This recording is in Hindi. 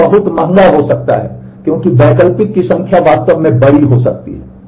तो यह बहुत महंगा हो सकता है क्योंकि वैकल्पिक की संख्या वास्तव में वास्तव में बड़ी हो सकती है